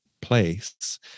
place